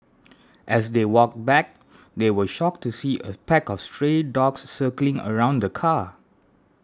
as they walked back they were shocked to see a pack of stray dogs circling around the car